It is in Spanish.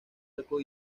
arco